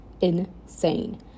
insane